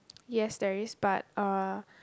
yes there is but uh